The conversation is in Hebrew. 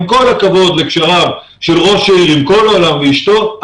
עם כל הכבוד לקשריו של ראש העיר עם כל העולם ואשתו,